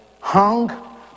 hung